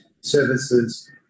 services